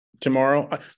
tomorrow